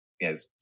yes